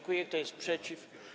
Kto jest przeciw?